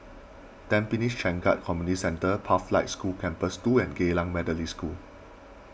Tampines Changkat Community Centre Pathlight School Campus two and Geylang Methodist School